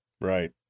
Right